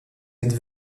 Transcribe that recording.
êtes